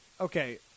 Okay